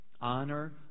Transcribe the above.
honor